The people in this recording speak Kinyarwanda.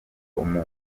umuntu